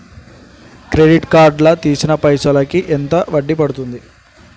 Credit card లా తీసిన పైసల్ కి ఎంత వడ్డీ పండుద్ధి?